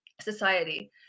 society